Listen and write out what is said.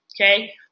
okay